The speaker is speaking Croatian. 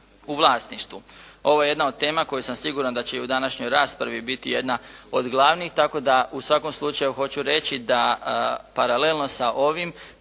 u vlasništvu. Ovo je jedna od tema koju sam siguran da će i u današnjoj raspravi biti jedna od glavnih, tako da u svakom slučaju hoću reći da paralelno sa ovim